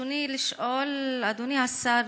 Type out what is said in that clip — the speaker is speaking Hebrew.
ברצוני לשאול, אדוני השר: